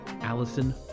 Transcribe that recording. Allison